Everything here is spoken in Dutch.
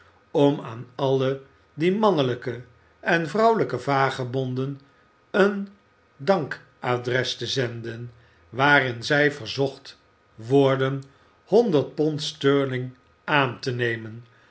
om aan alle die mannelijke en vrouwelijke vagebonden een dankadres te zenden waarin zij verzocht worden honderd pond sterling aan te nemen